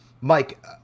Mike